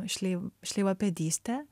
šleiv šleivapėdystę